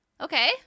okay